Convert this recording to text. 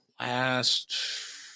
last